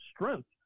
strength